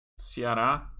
Ceará